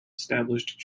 established